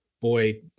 Boy